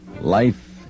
Life